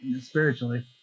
spiritually